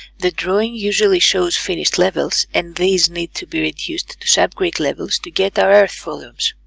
the drawing usually shows finished levels and these need to be reduced to sub-grade levels to get our earth volumes.